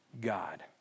God